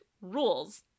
rules